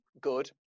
good